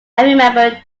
remembered